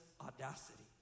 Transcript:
audacity